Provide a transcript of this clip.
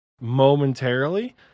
momentarily